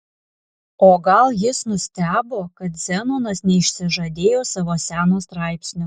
o gal jis nustebo kad zenonas neišsižadėjo savo seno straipsnio